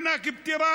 מענק פטירה,